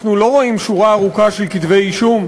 אנחנו לא רואים שורה ארוכה של כתבי אישום,